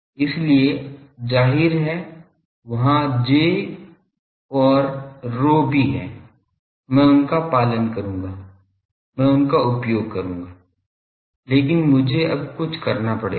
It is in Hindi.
इसलिए जाहिर है वहाँ J और ρ भी हैं मैं उनका उपयोग करूंगा लेकिन मुझे अब कुछ करना पड़ेगा